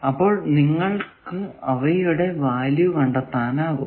അപ്പോൾ നിങ്ങൾക്കു അവയുടെ വാല്യൂ കണ്ടെത്താനാകും